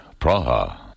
Praha